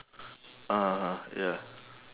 (uh huh) ya